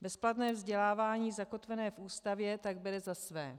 Bezplatné vzdělávání zakotvené v Ústavě tak bere zasvé.